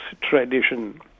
tradition